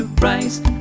Rise